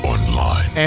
Online